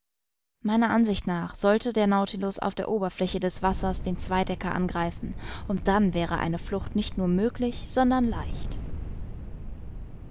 meiner ansicht nach sollte der nautilus auf der oberfläche des wassers den zweidecker angreifen und dann wäre eine flucht nicht nur möglich sondern leicht